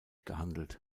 gehandelt